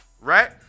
Right